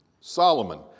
Solomon